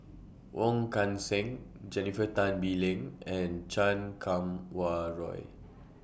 Wong Kan Seng Jennifer Tan Bee Leng and Chan Kum Wah Roy